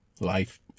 life